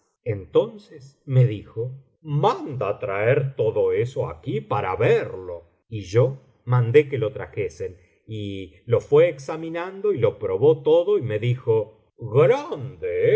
entonces me dijo manda traer todo eso aquí para verlo y yo mandé que lo trajesen y lo fué examinando y lo probó todo y me dijo